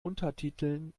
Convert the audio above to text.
untertiteln